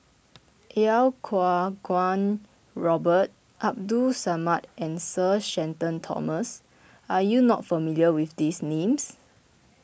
Iau Kuo Kwong Robert Abdul Samad and Sir Shenton Thomas are you not familiar with these names